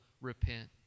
repent